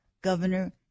Governor